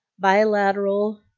Bilateral